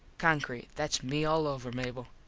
concrete. thats me all over, mable.